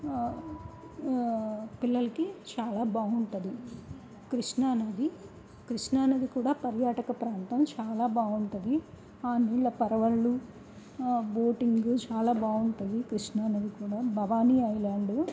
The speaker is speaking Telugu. పిల్లలకి చాలా బాగుంటుంది కృష్ణా నది కృష్ణా నది కూడా పర్యాటక ప్రాంతం చాలా బాగుంటుంది ఆ నీళ్ల పరవళ్లు బోటింగ్ చాలా బాగుంటుంది కృష్ణా నది కూడా భవానీ ఐలాండ్